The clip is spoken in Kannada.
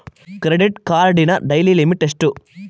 ಕ್ರೆಡಿಟ್ ಕಾರ್ಡಿನ ಡೈಲಿ ಲಿಮಿಟ್ ಎಷ್ಟು?